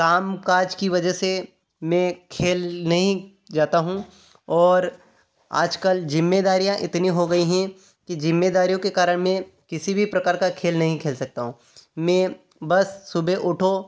कामकाज की वजह से मैं खेल नहीं जाता हूँ और आजकल जिम्मेदारियाँ इतनी हो गई हैं कि जिम्मेदारियों के कारण मैं किसी भी प्रकार का खेल नहीं खेल सकता हूँ मैं बस सुबह उठो